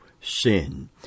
sin